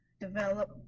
develop